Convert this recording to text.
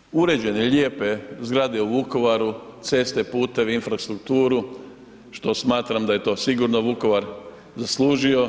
Danas kad vidimo uređene i lijepe zgrade u Vukovaru, ceste, putevi, infrastrukturu, što smatram da je to sigurno Vukovar zaslužio,